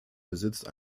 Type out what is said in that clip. besitzt